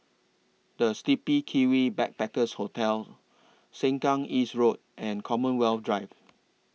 The Sleepy Kiwi Backpackers Hostel Sengkang East Road and Commonwealth Drive